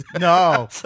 no